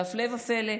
והפלא ופלא,